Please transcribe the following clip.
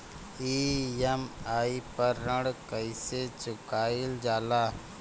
EMI पर ऋण कईसे चुकाईल जाला?